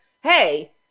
hey